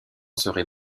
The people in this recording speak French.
serait